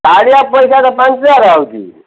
କାଳିଆ ପଇସାଟା ପାଞ୍ଚ ହଜାର ଆସୁଛି